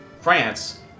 France